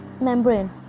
membrane